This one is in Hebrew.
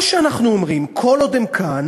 או שאנחנו אומרים שכל עוד הם כאן